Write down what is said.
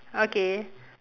okay